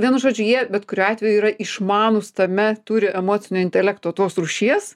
vienu žodžiu jie bet kuriuo atveju yra išmanūs tame turi emocinio intelekto tos rūšies